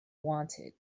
wanted